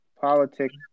politics